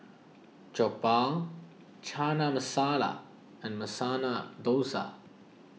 Jokbal Chana Masala and Masala Dosa